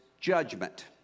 judgment